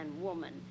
woman